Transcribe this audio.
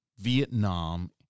Vietnam